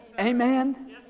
amen